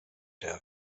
der